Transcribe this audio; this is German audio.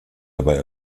dabei